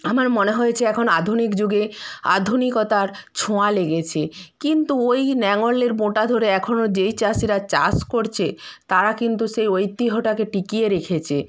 আমার মনে হয়েছে এখন আধুনিক যুগে আধুনিকতার ছোঁয়া লেগেছে কিন্তু ওই নাঙলের বোটা ধরে এখনো যেই চাষিরা চাষ করছে তারা কিন্তু সেই ঐতিহ্যটাকে টিকিয়ে রেখেছে